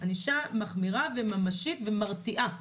ממשית ומרתיעה,